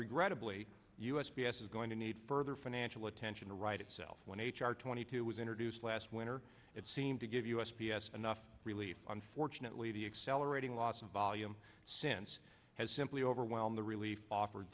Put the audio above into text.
regrettably u s p s is going to need further financial attention to right itself when h r twenty two was introduced last winter it seemed to give us vs enough relief unfortunately the celebrating loss of volume since has simply overwhelmed the relief offered